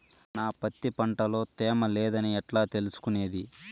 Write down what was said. నా పత్తి పంట లో తేమ లేదని ఎట్లా తెలుసుకునేది?